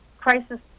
crisis